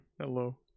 hello